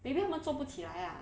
maybe 他们做不起来 ah